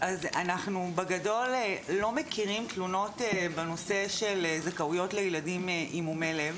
אנחנו לא מכירים תלונות בנושא של זכאויות לילדים עם מומי לב.